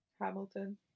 Hamilton